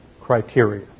criteria